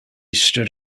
stood